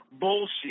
bullshit